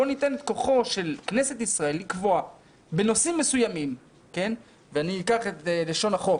בוא ניתן לכנסת כוח לקבוע בנושאים מסוימים ואני אקח את לשון החוק,